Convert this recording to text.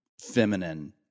feminine